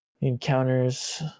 encounters